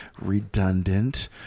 redundant